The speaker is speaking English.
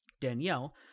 Danielle